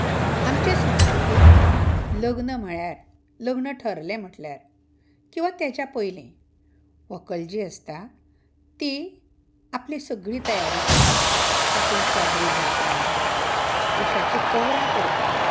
आमचे संस्कृतींत लग्न म्हणल्यार लग्न थरलें म्हणल्यार किंवां ताच्या पयलीं व्हकल जी आसता ती आपली सगळी तयारी करता तातूंत चादरी भरता उश्याचीं कव्हरां करता